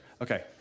okay